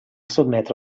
sotmetre